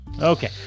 okay